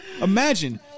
imagine